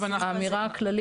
מה את מציעה?